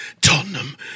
Tottenham